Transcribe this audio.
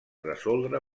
resoldre